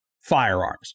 firearms